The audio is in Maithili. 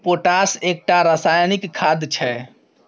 पोटाश एकटा रासायनिक खाद छै